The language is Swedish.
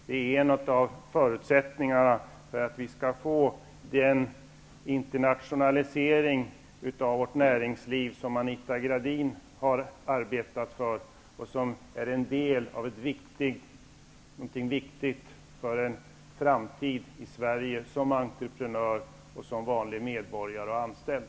Det är en av förutsättningarna för att vi skall få den internationalisering av vårt näringsliv som Anita Gradin har arbetat för och som är en del av någonting viktigt för en framtid i Sverige som entreprenör och som vanlig medborgare och anställd.